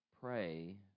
Pray